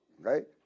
right